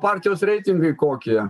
partijos reitingai kokie